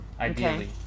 ideally